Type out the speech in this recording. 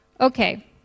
Okay